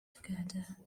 together